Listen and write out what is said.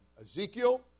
Ezekiel